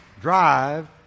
drive